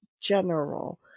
general